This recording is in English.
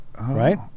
right